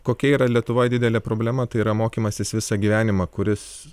kokia yra lietuvoj didelė problema tai yra mokymasis visą gyvenimą kuris